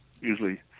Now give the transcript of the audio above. usually